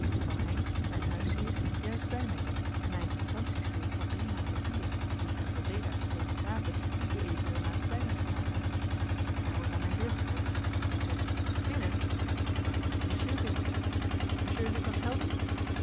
terwijl heynsz mijn huisheer juist bij mij zat en mij een quitantie schreef voor drie maanden huur die ik hem voldeed uit de twee dukaten die ued laatst bij mij gelaten hadt daar wordt aan mijn deur geklopt ik zeg binnen daar komt een monsieur binnen monsieur lucas helding